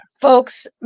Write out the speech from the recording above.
folks